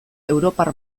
europar